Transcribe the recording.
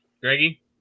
Greggy